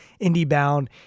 IndieBound